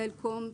סלקום,